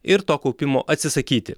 ir to kaupimo atsisakyti